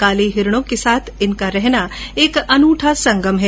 काले हिरणों के साथ इनका रहना एक अनोखा संगम है